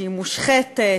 שהיא מושחתת,